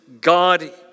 God